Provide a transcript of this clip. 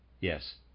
Yes